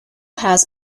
has